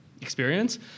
Experience